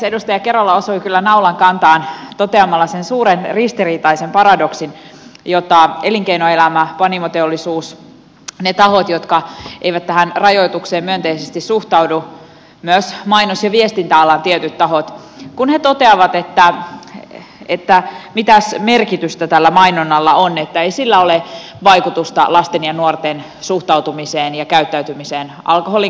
edustaja kerola osui kyllä naulan kantaan toteamalla sen suuren ristiriitaisen paradoksin että elinkeinoelämä panimoteollisuus ne tahot jotka eivät tähän rajoitukseen myönteisesti suhtaudu myös mainos ja viestintäalan tietyt tahot toteavat että mitäs merkitystä tällä mainonnalla on että ei sillä ole vaikutusta lasten ja nuorten suhtautumiseen ja käyttäytymiseen alkoholin kanssa